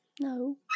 No